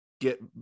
get